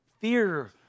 fear